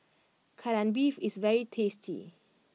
Kai Lan Beef is very tasty